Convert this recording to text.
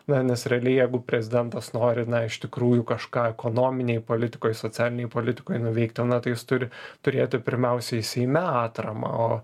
na nes realiai jeigu prezidentas nori na iš tikrųjų kažką ekonominėj politikoj socialinėj politikoj nuveikti na tai jis turi turėti pirmiausiai seime atramą o